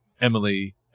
Emily